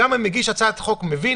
גם מגיש הצעת החוק מבין,